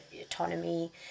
autonomy